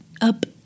up